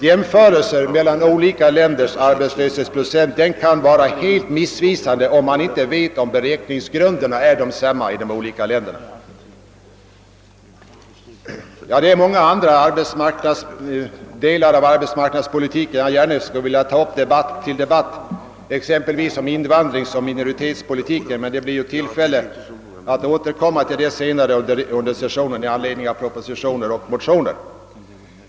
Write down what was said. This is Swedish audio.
Jämförelser mellan olika länders arbetslöshetsprocent kan vara helt missvisande, om man inte vet huruvida beräkningsgrunderna är desamma i de olika länderna. Det är många andra delar av arbetsmarknadspolitiken jag skulle vilja ta upp till debatt, exempelvis frågan om invandringsoch minoritetspolitiken. Men det blir ju tillfälle att återkomma till dessa frågor senare under sessionen med anledning av propositioner och motioner.